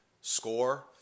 score